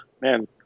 man